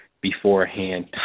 beforehand